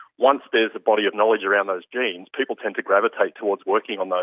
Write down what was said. once there is a body of knowledge around those genes, people tend to gravitate towards working on those,